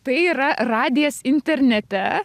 tai yra radijas internete